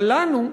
אבל לנו,